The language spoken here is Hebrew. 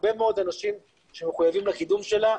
הרבה מאוד אנשים שמחויבים לקידום של העיר.